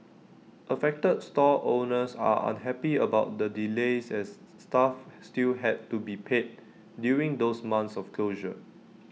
affected stall owners are unhappy about the delays as staff still had to be paid during those months of closure